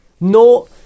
No